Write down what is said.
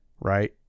right